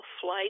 Flight